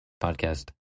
podcast